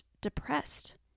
depressed